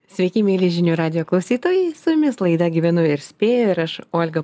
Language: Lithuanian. sveiki mieli žinių radijo klausytojai su jumis laida gyvenu ir spėju ir aš olga